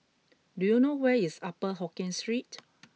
do you know where is Upper Hokkien Street